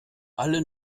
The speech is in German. alle